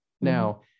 Now